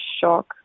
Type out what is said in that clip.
shock